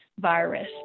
virus